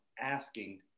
asking